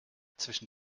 zwischen